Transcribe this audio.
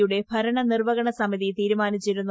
യുടെ ഭരണ നിർവ്വ ഹണ സമിതി തീരുമാനിച്ചിരുന്നു